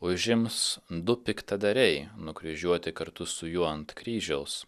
užims du piktadariai nukryžiuoti kartu su juo ant kryžiaus